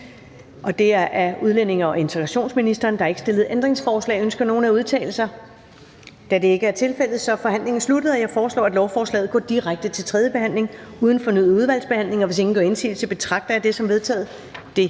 næstformand (Karen Ellemann): Der er ikke stillet ændringsforslag. Ønsker nogen at udtale sig? Da det ikke er tilfældet, er forhandlingen sluttet. Jeg foreslår, at lovforslaget går direkte til tredje behandling uden fornyet udvalgsbehandling. Hvis ingen gør indsigelse, betragter jeg dette som vedtaget.